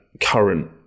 current